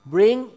Bring